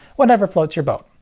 whatever floats your boat.